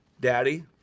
Daddy